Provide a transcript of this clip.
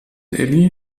elli